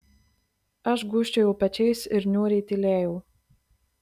aš gūžčiojau pečiais ir niūriai tylėjau